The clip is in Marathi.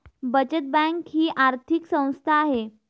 बचत बँक ही आर्थिक संस्था आहे